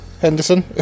Henderson